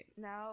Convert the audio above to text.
Now